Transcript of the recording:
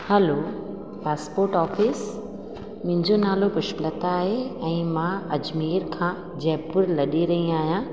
hello passport office मुंहिंजो नालो पुष्पलता आहे ऐं मां अजमेर खां जयपुर लॾे रही आहियां